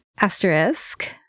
asterisk